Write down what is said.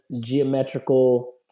geometrical